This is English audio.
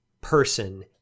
person